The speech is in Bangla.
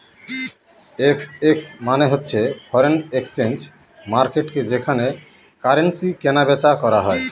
এফ.এক্স মানে হচ্ছে ফরেন এক্সচেঞ্জ মার্কেটকে যেখানে কারেন্সি কিনা বেচা করা হয়